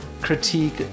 critique